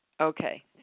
Okay